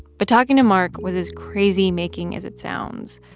but talking to mark was as crazy-making as it sounds.